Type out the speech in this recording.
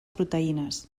proteïnes